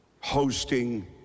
hosting